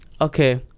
okay